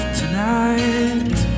tonight